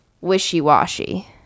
wishy-washy